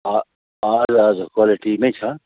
ह हजुर हजुर क्वालिटीमै छ